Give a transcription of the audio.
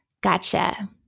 Gotcha